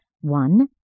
one